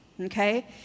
okay